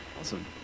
Awesome